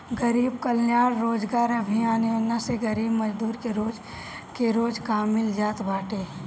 गरीब कल्याण रोजगार अभियान योजना से गरीब मजदूर के रोज के रोज काम मिल जात बाटे